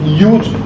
huge